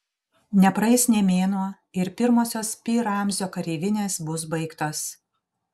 nepraeis nė mėnuo ir pirmosios pi ramzio kareivinės bus baigtos